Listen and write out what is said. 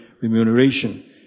remuneration